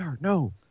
No